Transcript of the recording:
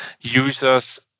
users